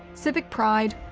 civic pride,